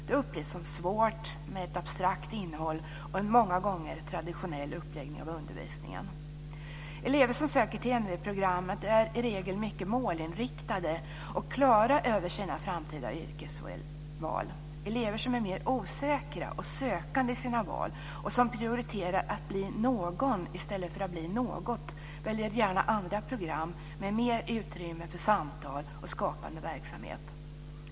Det upplevs som svårt med ett abstrakt innehåll och en många gånger traditionell uppläggning av undervisningen. Elever som söker till NV-programmet är i regel mycket målinriktade och klara över sina framtida yrkesval. Elever som är mer osäkra och sökande i sina val, och som prioriterar att bli någon i stället för att bli något, väljer gärna andra program med mer utrymme för samtal och skapande verksamhet.